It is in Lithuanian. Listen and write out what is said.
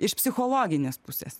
iš psichologinės pusės